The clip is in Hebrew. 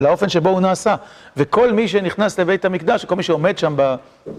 לאופן שבו הוא נעשה וכל מי שנכנס לבית המקדש וכל מי שעומד שם ב...